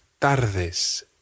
tardes